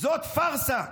זאת פארסה,